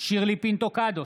שירלי פינטו קדוש,